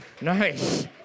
Nice